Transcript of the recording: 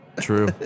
true